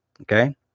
Okay